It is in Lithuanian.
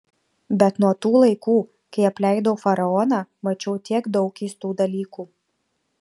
bet nuo tų laikų kai apleidau faraoną mačiau tiek daug keistų dalykų